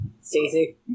Stacy